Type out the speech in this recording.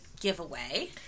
giveaway